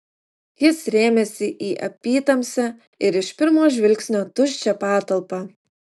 jis rėmėsi į apytamsę ir iš pirmo žvilgsnio tuščią patalpą